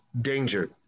danger